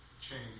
change